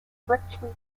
strictly